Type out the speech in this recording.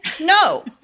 No